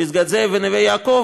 פסגת זאב ונווה יעקב,